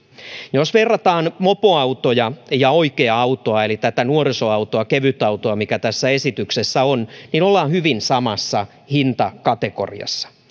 jos verrataan mopoautoja ja oikeaa autoa eli tätä nuorisoautoa kevytautoa mikä esityksessä on niin ollaan hyvin samassa hintakategoriassa